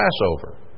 Passover